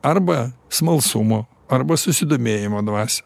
arba smalsumo arba susidomėjimo dvasią